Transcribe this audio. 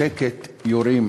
שקט, יורים.